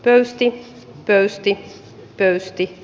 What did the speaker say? eesti pöystiä pöysti